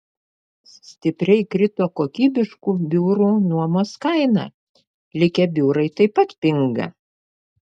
stipriai krito kokybiškų biurų nuomos kaina likę biurai taip pat pinga